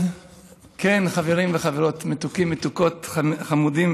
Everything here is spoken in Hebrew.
כן, חברים וחברות, מתוקים, מתוקות, חמודים,